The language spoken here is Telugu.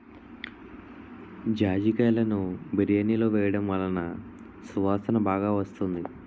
జాజికాయలును బిర్యానిలో వేయడం వలన సువాసన బాగా వస్తుంది